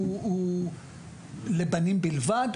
הוא לבנים בלבד?